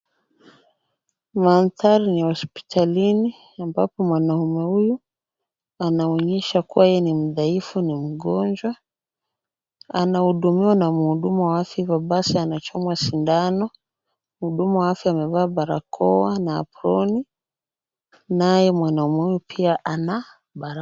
Mandhari ni ya hospitalini ambapo mwanaume huyu anaonyesha kuwa yeye ni mdhaifu ni mgonjwa, anahudumiwa na mhudumu wa afya, hivyo basi anachomwa sindano. Mhudumu wa afya amevaa barakoa na aproni naye mwanaume huyu pia ana barakoa.